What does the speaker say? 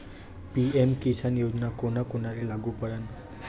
PM किसान योजना कोना कोनाले लागू पडन?